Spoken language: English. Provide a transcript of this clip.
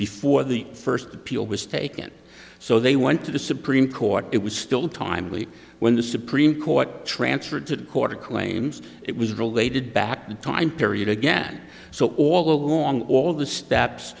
before the first appeal was taken so they went to the supreme court it was still timely when the supreme court transferred to the court of claims it was related back the time period again so all along all the steps